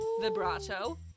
vibrato